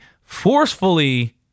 forcefully